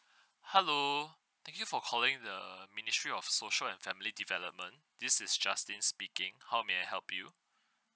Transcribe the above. hello thank you for calling the ministry of social and family development this is justin speaking how may I help you